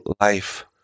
life